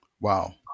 Wow